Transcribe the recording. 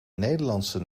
nederlandse